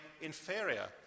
inferior